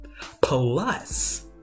Plus